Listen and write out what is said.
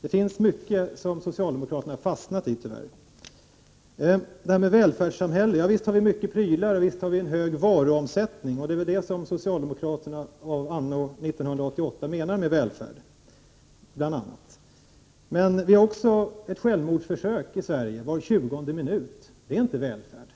Det finns mycket som socialdemokraterna tyvärr har fastnat i. Sedan till det här med välfärdssamhället. Visst har vi mycket prylar och en stor varuomsättning. Det är väl bl.a. sådant som socialdemokraterna av anno 1988 menar med välfärd. Men det görs också ett självmordsförsök i Sverige var tjugonde minut. Det är inte välfärd.